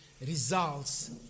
results